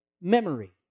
memory